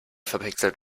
verpixelt